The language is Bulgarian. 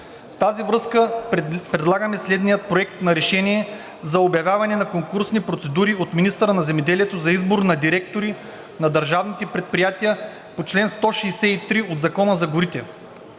В тази връзка предлагаме следния Проект на решение за обявяване на конкурсни процедури от министъра на земеделието за избор на директори на държавните предприятия по чл. 163 от Закона за горите: